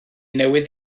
newydd